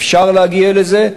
אפשר להגיע לזה,